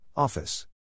Office